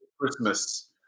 Christmas